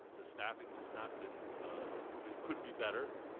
the staffing has not been could be better.